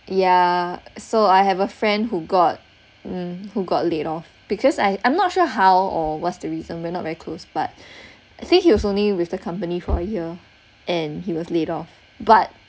yeah so I have a friend who got mm who got laid off because I I'm not sure how or what's the reason we're not very close but I think he was only with the company for a year and he was laid off but